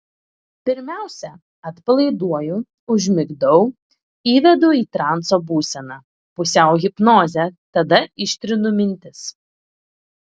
pirmiausia atpalaiduoju užmigdau įvedu į transo būseną pusiau hipnozę tada ištrinu mintis